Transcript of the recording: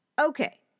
Okay